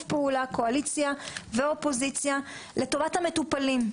פעולה קואליציה ואופוזיציה לטובת המטופלים,